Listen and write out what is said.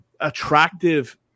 attractive –